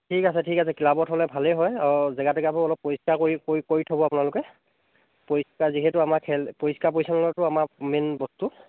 ঠিক আছে ঠিক আছে ক্লাবত হ'লে ভালেই হয় আৰু জেগা চেগাবোৰ অলপ পৰিষ্কাৰ কৰি কৰি কৰি থ'ব আপোনালোকে পৰিষ্কাৰ যিহেতু আমাৰ খেল পৰিষ্কাৰ পৰিচ্ছন্নতাতো আমাৰ মেইন বস্তু